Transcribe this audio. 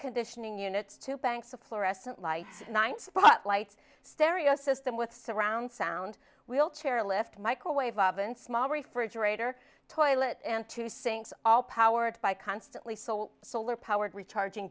conditioning units two banks of fluorescent lights nine spotlights stereo system with surround sound wheelchair lift microwave oven small refrigerator toilet and two sinks all powered by constantly so solar powered recharg